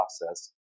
process